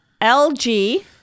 L-G